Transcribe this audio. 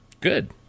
Good